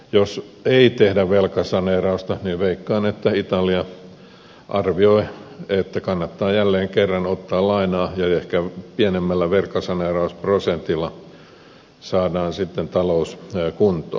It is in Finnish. jos ei tehdä velkasaneerausta veikkaan että italia arvioi että kannattaa jälleen kerran ottaa lainaa ja ehkä pienemmällä velkasaneerausprosentilla saadaan sitten talous kuntoon